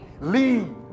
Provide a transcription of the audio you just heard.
Lead